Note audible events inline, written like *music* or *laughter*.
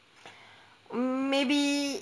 *breath* maybe